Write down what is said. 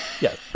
Yes